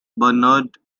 bernard